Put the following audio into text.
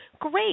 great